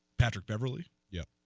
patrick beverly yet